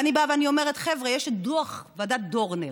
אני באה ואני אומרת: חבר'ה, יש את דוח ועדת דורנר,